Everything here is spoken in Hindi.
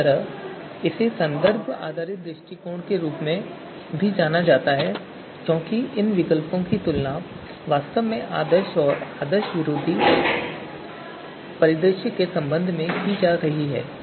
इसी तरह इसे संदर्भ आधारित दृष्टिकोण के रूप में भी जाना जाता है क्योंकि इन विकल्पों की तुलना वास्तव में आदर्श और विरोधी आदर्श परिदृश्य के संबंध में की जा रही है